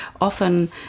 often